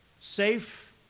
safe